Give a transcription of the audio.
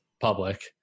public